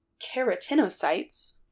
keratinocytes